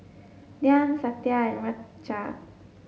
Dhyan Satya and Raja